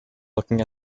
looking